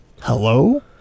hello